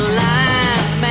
life